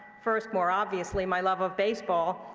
first, more obviously, my love of baseball,